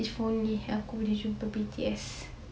if only aku boleh jumpa B_T_S